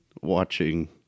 watching